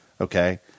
okay